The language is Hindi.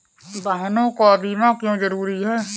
वाहनों का बीमा क्यो जरूरी है?